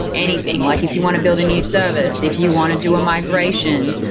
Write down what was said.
anything. like if you want to build a new service, if you want to do a migration,